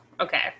Okay